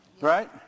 Right